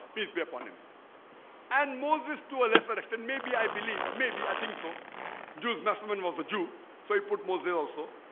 peace be upon him and moses to a lesser extent maybe i believe maybe i think so jews. massaman was a jew so he put moses also